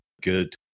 good